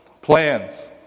Plans